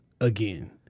again